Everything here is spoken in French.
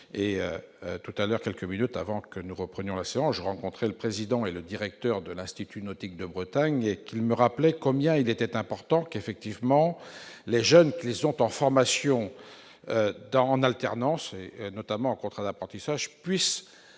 aux entreprises. Quelques minutes avant que nous reprenions la séance, je rencontrais le président et le directeur de l'Institut nautique de Bretagne, qui me rappelaient combien il était important que les jeunes qui effectuent une formation en alternance et, notamment, ceux qui ont un contrat d'apprentissage puissent